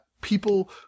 people